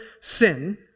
sin